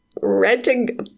renting